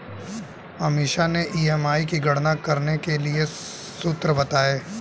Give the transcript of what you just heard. अमीषा ने ई.एम.आई की गणना करने के लिए सूत्र बताए